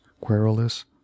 querulous